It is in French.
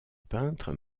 peintre